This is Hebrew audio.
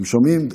אתם שומעים?